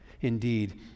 Indeed